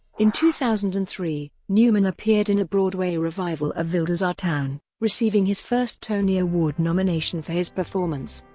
in two thousand and three, newman appeared in a broadway revival of wilder's our town, receiving his first tony award nomination for his performance.